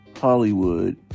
Hollywood